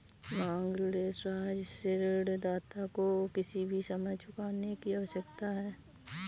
मांग ऋण ऐसा है जिससे ऋणदाता को किसी भी समय चुकाने की आवश्यकता है